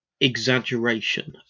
exaggeration